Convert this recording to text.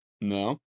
No